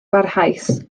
barhaus